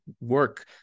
work